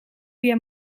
via